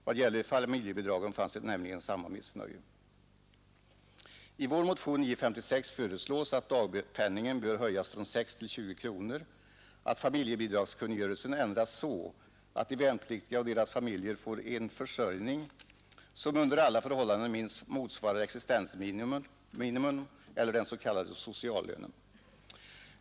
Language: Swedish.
Vad gäller familjebidragen fanns ju nämligen samma missnöje. I vår motion 956 föreslås att dagpenningen bör höjas från 6 till 20 kronor, att familjebidragskungörelsen ändras så att de värnpliktiga och deras familjer får en försörjning som under alla förhållanden minst motsvarar existensminimum eller den s.k. sociallönen.